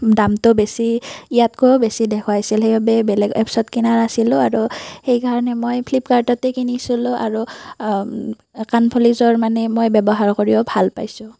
দামটো বেছি ইয়াতকৈও বেছি দেখুৱাইছিল সেইবাবে বেলেগ এপছত কিনা নাছিলো আৰু সেইকাৰণে মই ফ্লিপকাৰ্টতে কিনিছিলো আৰু কাণফুলিযোৰ মানে মই ব্য়ৱহাৰ কৰিও ভাল পাইছোঁ